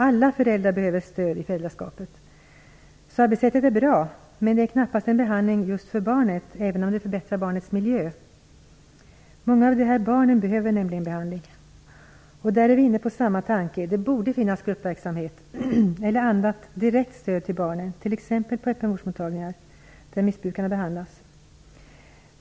Alla föräldrar behöver stöd i föräldraskapet, så arbetssättet är bra, men detta är knappast en behandling just för barnet, även om den förbättrar barnets miljö. Många av dessa barn behöver behandling. Vi är inne på samma tanke - det borde finnas gruppverksamhet eller något annat direkt stöd till barnet, t.ex. på öppenvårdsmottagningar där missbrukare behandlas.